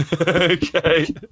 Okay